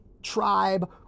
tribe